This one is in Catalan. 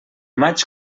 maig